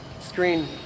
screen